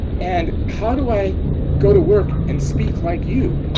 and how do i go to work and speak like you?